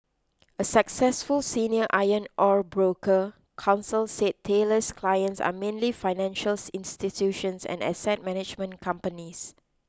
a successful senior iron ore broker counsel said Taylor's clients are mainly financials institutions and asset management companies